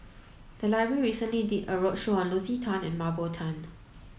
the library recently did a roadshow on Lucy Tan and Mah Bow Tan